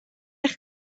eich